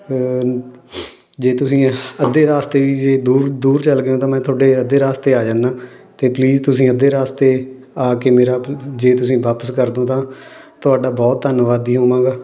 ਜੇ ਤੁਸੀਂ ਅ ਅੱਧੇ ਰਾਸਤੇ ਵੀ ਜੇ ਦੂਰ ਦੂਰ ਚੱਲ ਗਏ ਹੋ ਤਾਂ ਮੈਂ ਤੁਹਾਡੇ ਅੱਧੇ ਰਾਸਤੇ ਆ ਜਾਂਦਾ ਅਤੇ ਪਲੀਜ਼ ਤੁਸੀਂ ਅੱਧੇ ਰਾਸਤੇ ਆ ਕੇ ਮੇਰਾ ਜੇ ਤੁਸੀਂ ਵਾਪਸ ਕਰ ਦਿਉ ਤਾਂ ਤੁਹਾਡਾ ਬਹੁਤ ਧੰਨਵਾਦੀ ਹੋਵਾਂਗਾ